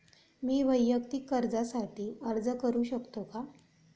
मी वैयक्तिक कर्जासाठी अर्ज करू शकतो का?